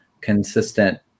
consistent